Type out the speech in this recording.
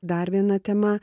dar viena tema